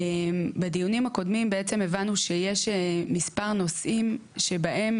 בדיונים הקודמים בעצם הבנו שיש מספר נושאים שבהם